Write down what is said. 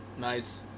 Nice